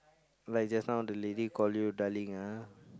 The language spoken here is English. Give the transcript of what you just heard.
like just now the lady call you darling ah